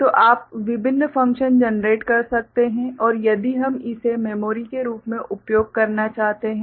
तो आप विभिन्न फंक्शन जनरेट कर सकते हैं और यदि हम इसे मेमोरी के रूप में उपयोग करना चाहते हैं